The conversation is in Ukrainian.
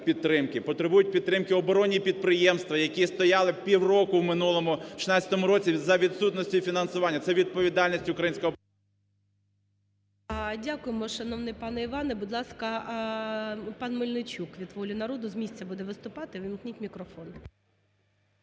Потребують підтримки оборонні підприємства, які стояли півроку в минулому, в 2016 році, за відсутності фінансування. Це відповідальність українського… ГОЛОВУЮЧИЙ. Дякуємо, шановний пане Іване. Будь ласка, пан Мельничук від "Волі народу". З місця буде виступати. Ввімкніть мікрофон.